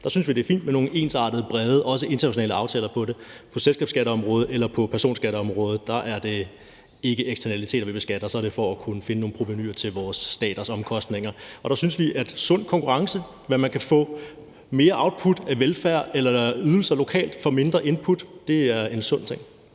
Der synes vi, det er fint med nogle ensartede brede og også internationale aftaler om det. På selskabsskatteområdet eller på personskatteområdet er det ikke eksternaliteter, vi beskatter. Så er det for at kunne finde nogle provenuer til vores staters omkostninger, og der synes vi, at sund konkurrence, og hvad man kan få af mere output i form af velfærd eller ydelser lokalt for mindre input, er en sund ting.